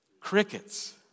Crickets